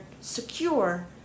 secure